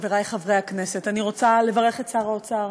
חברי חברי הכנסת, אני רוצה לברך את שר האוצר